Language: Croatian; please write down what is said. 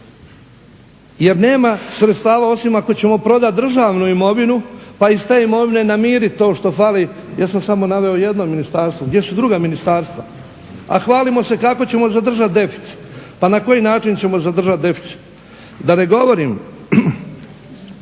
Jer nema sredstava osim ako ćemo prodati državnu imovinu pa iz te imovine namiriti to što fali, ja sam samo naveo jedno ministarstvo, gdje su druga ministarstva? A hvalimo se kako ćemo zadržati deficit. Pa na koji način ćemo zadržati deficit? Da ne govorim